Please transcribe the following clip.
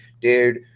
dude